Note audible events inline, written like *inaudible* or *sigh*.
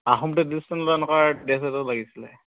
Ahom type *unintelligible* এনেকুৱা dress এযোৰ লাগিছিলে